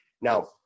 Now